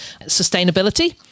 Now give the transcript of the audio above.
sustainability